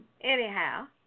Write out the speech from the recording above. Anyhow